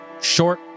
Short